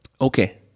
Okay